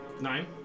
Nine